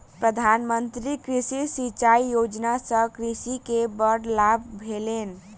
प्रधान मंत्री कृषि सिचाई योजना सॅ कृषक के बड़ लाभ भेलैन